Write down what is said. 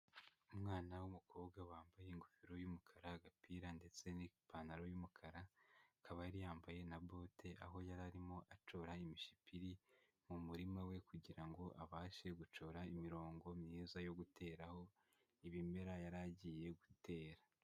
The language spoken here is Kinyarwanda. Umwana w'umukobwa wambaye ingofero y'umukara, agapira ndetse n'ipantaro y'umukara, akaba yari yambaye na bote, aho yari arimo acora imishipiri mu murima we kugira ngo abashe gucora imirongo myiza yo guteraho ibimera yari agiye gutera.